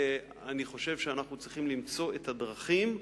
אני חושב שאנחנו צריכים למצוא את הדרכים ביחד,